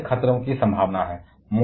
विकिरण के खतरों की संभावना है